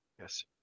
Yes